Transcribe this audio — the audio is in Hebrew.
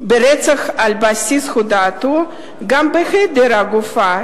ניתן להרשיע אדם ברצח על בסיס הודאתו גם בהיעדר הגופה,